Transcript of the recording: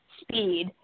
speed